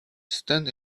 stand